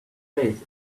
face